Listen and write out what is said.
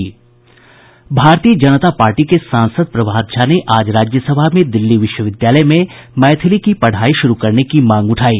भारतीय जनता पार्टी के सांसद प्रभात झा ने आज राज्यसभा में दिल्ली विश्विद्यालय में मैथिली की पढ़ाई शुरू करने की मांग उठायी